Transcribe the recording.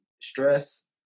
stress